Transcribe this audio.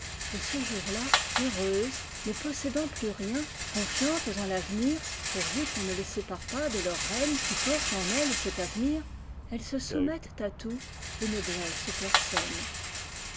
et ce jour-là heureuses ne possédant plus rien confiantes en tavenir pourvu qu'on ne les sépare pas de leur reine qui porte en elle cet avenir elles se soumettent à tout et xâ blessent personne